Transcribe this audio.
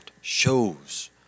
shows